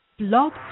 Blog